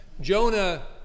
Jonah